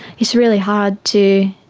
it's really hard to